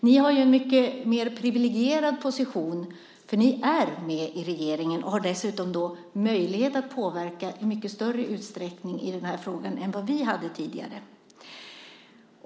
Ni har en mycket mer privilegierad position, för ni är med i regeringen och har dessutom möjlighet att påverka i mycket större utsträckning i den här frågan än vad vi hade tidigare.